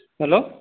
hello